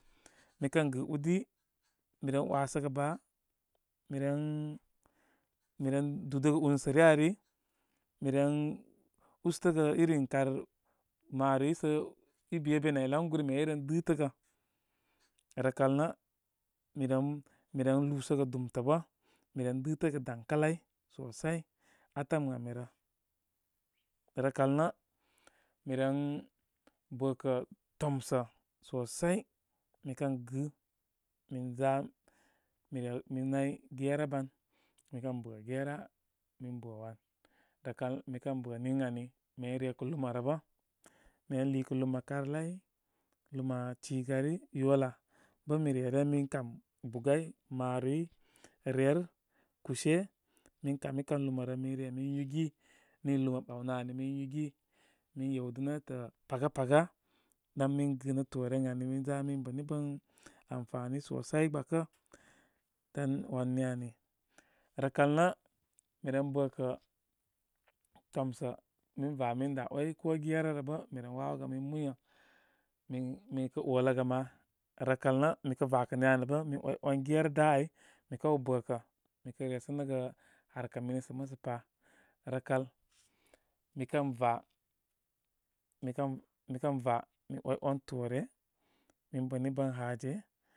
Mi kə gɨ udi, mi ren 'wasəgə baa, mi ren-mi ren dūdəgə ūnsə' ryə ari. Mi ren ustəgə irin kar marori səi beben ai laŋguru mi reyren dɨtəgə. Rəkal nə mi ren-miren lúúsəgə dumtə bə. Miren dɨtəgə daŋkalay sosai atəm ən ami rə. Rəkəl nə mi ren bəkə tomsə sosai. Mi kən gɨ, min za mi re min nay gera an. mikən liikə luma, karlai, luma cigari, yola bə mi re ren mi kam bugai, marori, ryer kúshe min kami kan lumá rə. mi remi yúgi. Ni luma ɓaw nə ani mi yúgi. Mi yewdə nétə paga, paga, dan mi gɨnə toore ən ani mi za min bə nibə a amfani sosai gbakə. Dam wan ni ani. Rəkl nə mi ren bə kə tomsə minva min dá ‘way ko gerarə bə mi ren wawogə min wuye. Min min kə oləgə ma. Rə kal nə mikə vakə ni anibə min ‘waywan, gera dá áymi kəw bə kə mi kə resənəgə harka mini sə musəpa. Rəkal, mi kən va, mikən mikən va mi ‘way ‘wan toore, min bənibən haje.